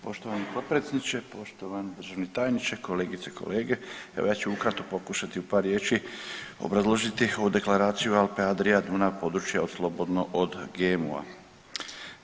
Poštovani potpredsjedniče, poštovani državni tajniče, kolegice i kolege, evo ja ću ukratko pokušati u par riječi obrazložiti ovu Deklaraciju Alpe-Adria-Dunav područje slobodno od GMO-a.